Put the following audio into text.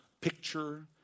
picture